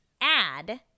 add